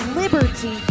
liberty